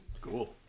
cool